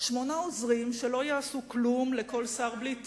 שמונה עוזרים שלא יעשו כלום לכל שר בלי תיק.